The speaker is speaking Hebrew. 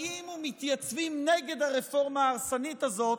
באים ומתייצבים נגד הרפורמה ההרסנית הזאת,